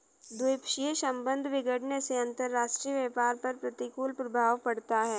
द्विपक्षीय संबंध बिगड़ने से अंतरराष्ट्रीय व्यापार पर प्रतिकूल प्रभाव पड़ता है